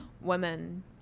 women